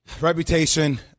Reputation